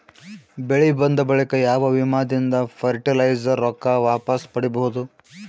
ಬೆಳಿ ಬಂದ ಬಳಿಕ ಯಾವ ವಿಮಾ ದಿಂದ ಫರಟಿಲೈಜರ ರೊಕ್ಕ ವಾಪಸ್ ಪಡಿಬಹುದು?